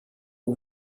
aux